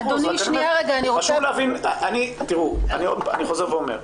חשוב להבין מי משלם.